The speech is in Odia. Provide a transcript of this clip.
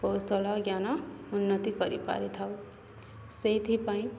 କୌଶଳ ଜ୍ଞାନ ଉନ୍ନତି କରିପାରିଥାଉ ସେଇଥିପାଇଁ